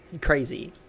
Crazy